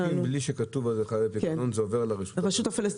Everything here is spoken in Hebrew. בקבוקים שלא כתוב עליהם "חייב בפיקדון" עוברים לרשות הפלסטינית.